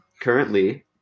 Currently